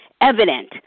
evident